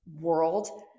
world